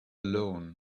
alone